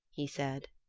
he said.